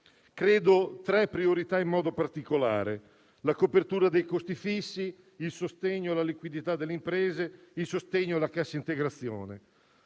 state tre in modo particolare: la copertura dei costi fissi; il sostegno alla liquidità delle imprese; il sostegno della cassa integrazione.